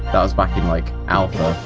that was back in, like, alpha,